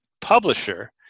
publisher